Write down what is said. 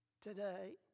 today